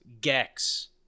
Gex